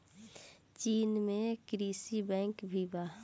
चीन में कृषि बैंक भी बा